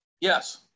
Yes